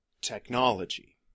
Technology